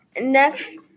Next